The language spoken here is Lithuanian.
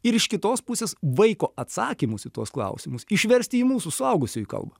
ir iš kitos pusės vaiko atsakymus į tuos klausimus išversti į mūsų suaugusiųjų kalbą